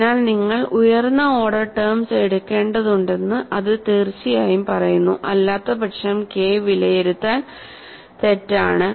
അതിനാൽ നിങ്ങൾ ഉയർന്ന ഓർഡർ ടെംസ് എടുക്കേണ്ടതുണ്ടെന്നു ഇത് തീർച്ചയായും പറയുന്നു അല്ലാത്തപക്ഷം KI വിലയിരുത്തൽ തെറ്റാണ്